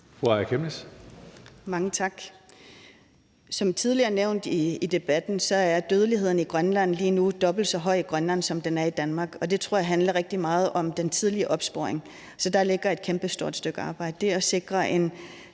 Mange tak. Som tidligere nævnt i debatten er dødeligheden i Grønland lige nu dobbelt så høj, som den er i Danmark, og det tror jeg handler rigtig meget om den tidlige opsporing. Så der ligger et kæmpestort stykke arbejde. Det at sikre en